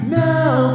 now